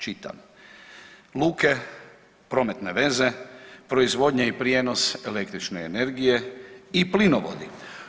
Čitam, luke, prometne veze, proizvodnje i prijenos električne energije i plinovodi.